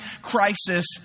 crisis